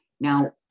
now